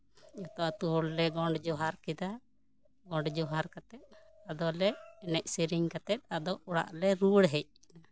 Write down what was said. ᱡᱷᱚᱛᱚ ᱟᱛᱳ ᱦᱚᱲᱞᱮ ᱜᱚᱸᱰ ᱡᱚᱦᱟᱨ ᱠᱮᱫᱟ ᱜᱚᱸᱰ ᱡᱚᱦᱟᱨ ᱠᱟᱛᱮᱜ ᱟᱫᱚᱞᱮ ᱮᱱᱮᱡ ᱥᱮᱨᱮᱧ ᱠᱟᱛᱮᱜ ᱟᱫᱚ ᱚᱲᱟᱜᱞᱮ ᱨᱩᱣᱟᱹᱲ ᱦᱮᱡ